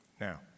Now